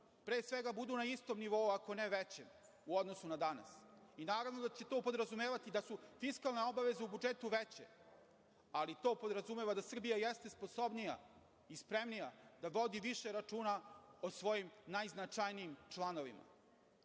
pre svega budu na istom nivou, ako ne i većem u odnosu na danas. Naravno da će to podrazumevati da su fiskalne obaveze u budžetu veće, ali to podrazumeva i da Srbija jeste sposobnija i spremnija da vodi više računa o svojim najznačajnijim članovima. Ono